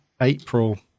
April